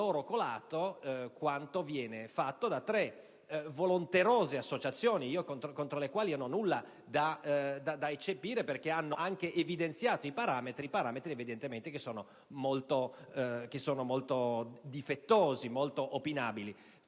colato quanto viene fatto da tre volenterose associazioni, contro le quali non ho nulla da eccepire perché hanno anche evidenziato i parametri; parametri che evidentemente sono molto difettosi, molto opinabili.